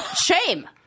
Shame